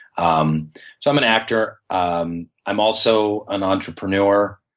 um so i'm an actor. um i'm also an entrepreneur.